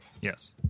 Yes